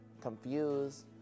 confused